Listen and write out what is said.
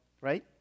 Right